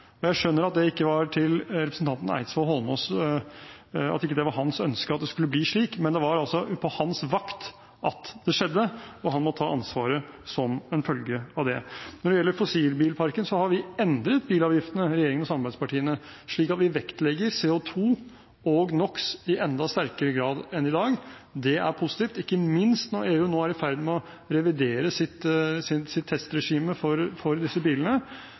Jeg skjønner at det ikke var representanten Eidsvoll Holmås’ ønske at det skulle bli slik, men det var altså på hans vakt det skjedde, og han må ta ansvaret som en følge av det. Når det gjelder fossilbilparken, har vi – regjerings- og samarbeidspartiene – endret bilavgiftene, slik at vi vektlegger CO2 og NOx i enda sterkere grad enn i dag. Det er positivt, ikke minst når EU nå er i ferd med å revidere sitt testregime for disse bilene,